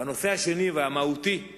בהרבה מאוד מקומות בעולם